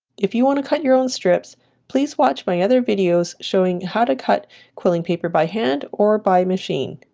if you want to cut your own strips please watch my other videos showing how to cut quilling paper by hand or by machine